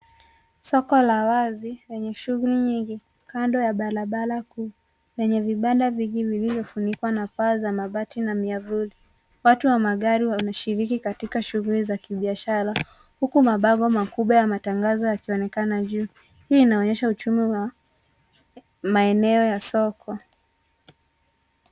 Soko la wazi lenye shughuli nyingi, kando ya barabara kuu vyenye vibanda vingi vilivyofunikwa na paa za mabati na miavuli. Watu wa magari wanashiriki katika shughuli za kibiashara huku mabango makubwa ya matangazo yakionekana juu. Hii inaonyesha uchumi wa maeneo ya soko.